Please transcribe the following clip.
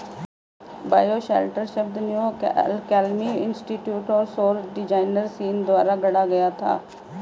bioshelter शब्द New Alchemy Institute और सौर डिजाइनर सीन द्वारा गढ़ा गया था